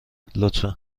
لطفا